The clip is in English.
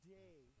day